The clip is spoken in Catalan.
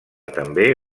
també